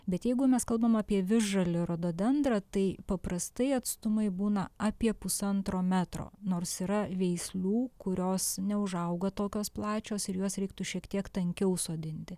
bet jeigu mes kalbam apie visžalį rododendrą tai paprastai atstumai būna apie pusantro metro nors yra veislių kurios neužauga tokios plačios ir juos reiktų šiek tiek tankiau sodinti